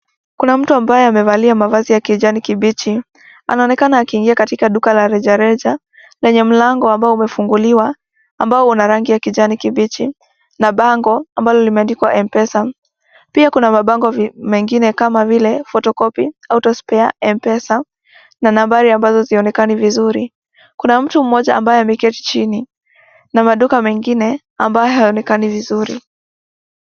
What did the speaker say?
Kuna mtu ambaye amevalia mavazi ya kijani kibichi. Anaonekana akiingia katika duka la rejareja enye mlango ambao umefunguliwa ambao una rangi ya kijani kibichi na bango ambalo limeandikwa Mpesa. Pia kuna mabango mengine kama vile photocopy, autospare, mpesa na nambari ambazo hazionekani vizuri. Kuna mtu mmoja ambaye ameketi chini na maduka mengine ambayo hayaonekani vizuri.